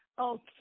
Okay